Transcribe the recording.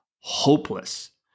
hopeless